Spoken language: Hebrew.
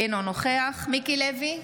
אינו נוכח מיקי לוי,